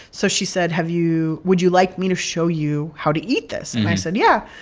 so she said, have you would you like me to show you how to eat this? and i said, yeah.